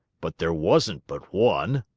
but there wasn't but one!